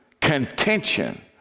contention